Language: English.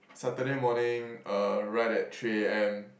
Saturday morning uh right at three A_M